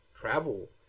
travel